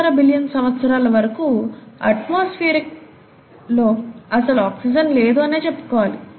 5 billion సంవత్సరాల వరకు atmosphere లో అసలు ఆక్సిజన్ లేదు అనే చెప్పుకోవాలి